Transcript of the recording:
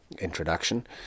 introduction